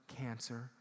cancer